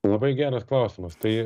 labai geras klausimas tai